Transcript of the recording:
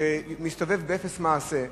שמסתובב באפס מעשה.